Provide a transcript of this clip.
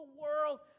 world